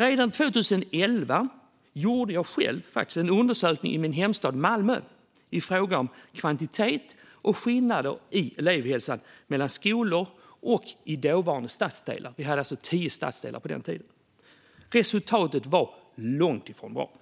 Redan 2011 gjorde jag själv en undersökning i min hemstad Malmö i fråga om kvantitet och skillnader i elevhälsan mellan skolor och mellan dåvarande stadsdelar. Vi hade tio stadsdelar på den tiden. Resultatet var långt ifrån bra.